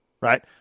right